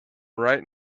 right